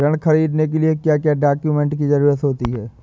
ऋण ख़रीदने के लिए क्या क्या डॉक्यूमेंट की ज़रुरत होती है?